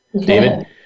David